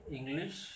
English